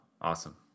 awesome